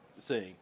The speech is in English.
seeing